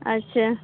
अच्छा